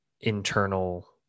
internal